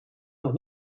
nog